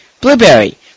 Blueberry